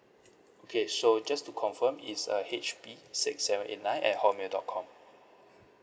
okay so just to confirm it's uh H P six seven eight nine at hotmail dot com